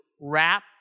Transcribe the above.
wrap